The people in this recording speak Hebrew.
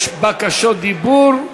יש בקשות דיבור?